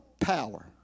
power